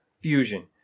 Fusion